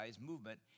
movement